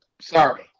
sorry